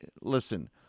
listen